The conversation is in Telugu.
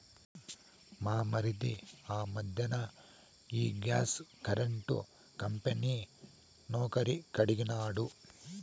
మా మరిది ఆ మధ్దెన ఈ గ్యాస్ కరెంటు కంపెనీ నౌకరీ కడిగినాడు